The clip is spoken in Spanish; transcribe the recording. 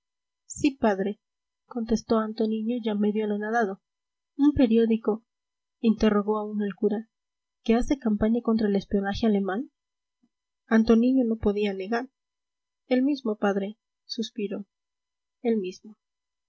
reintegrable sí padre contestó antoniño ya medio anonadado un periódico interrogó aún el cura que hace campaña contra el espionaje alemán antoniño no podía negar el mismo padre suspiró el mismo